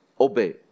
obey